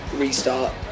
restart